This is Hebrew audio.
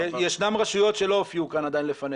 --- ישנן רשויות שלא הופיעו כאן עדיין לפנינו.